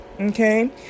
Okay